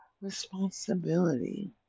responsibility